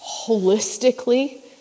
holistically